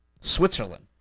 Switzerland